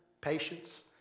patience